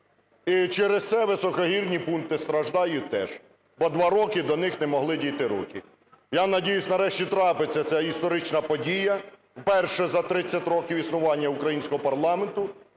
і через це високогірні пункти страждають теж, бо 2 роки до них не могли дійти руки. Я надіюся, нарешті трапиться ця історична подія, вперше за 30 років існування українського парламенту,